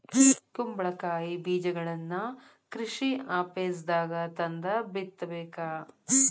ಕುಂಬಳಕಾಯಿ ಬೇಜಗಳನ್ನಾ ಕೃಷಿ ಆಪೇಸ್ದಾಗ ತಂದ ಬಿತ್ತಬೇಕ